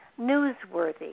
newsworthy